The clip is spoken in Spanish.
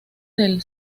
del